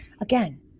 again